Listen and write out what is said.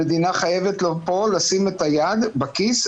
המדינה חייבת לשים את היד בכיס,